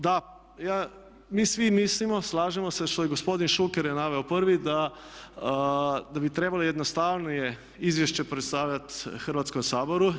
Da, mi svi mislimo, slažemo se što je gospodin Šuker je naveo prvi, da bi trebali jednostavnije izvješće predstavljati Hrvatskom saboru.